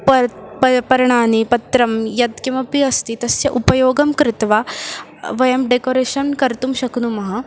पर्णानि पर्णानि पर्णानि पत्रं यत्किमपि अस्ति तस्य उपयोगं कृत्वा वयं डेकोरेशन् कर्तुं शक्नुमः